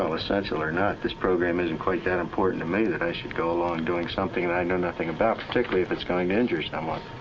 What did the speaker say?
so essential or not, this program isn't quite that important to me that i should go along doing something that i know nothing about, particularly if it's going to injure someone.